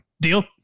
Deal